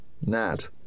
Nat